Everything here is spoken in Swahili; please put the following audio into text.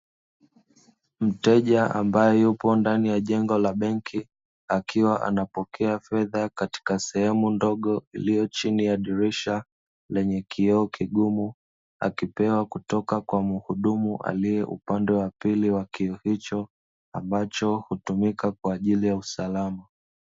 Mteja ambaye yupo ndani ya jengo la benki akiwa anapokea fedha katika sehemu ndogo iliyo chini ya dirisha lenye kioo kigumu, akipewa kutoka kwa mhudumu aliye upande wa pili wa kioo hicho ambacho hutumika kwa ajili ya usalama.